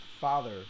father